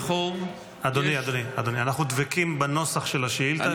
אדוני, אדוני, אנחנו דבקים בנוסח של השאילתה.